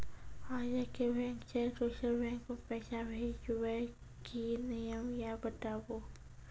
आजे के बैंक से दोसर बैंक मे पैसा भेज ब की नियम या बताबू?